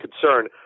concern